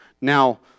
Now